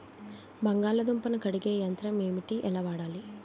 బంగాళదుంప ను కడిగే యంత్రం ఏంటి? ఎలా వాడాలి?